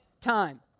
time